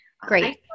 Great